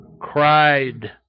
cried